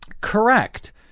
Correct